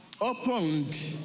opened